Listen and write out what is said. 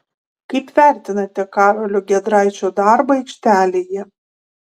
kaip vertinate karolio giedraičio darbą aikštelėje